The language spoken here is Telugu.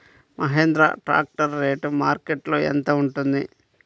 మహేంద్ర ట్రాక్టర్ రేటు మార్కెట్లో యెంత ఉంటుంది?